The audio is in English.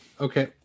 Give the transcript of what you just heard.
Okay